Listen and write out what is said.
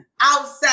outside